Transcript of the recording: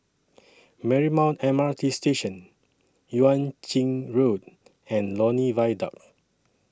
Marymount M R T Station Yuan Ching Road and Lornie Viaduct